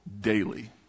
daily